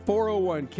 401K